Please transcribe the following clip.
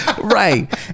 right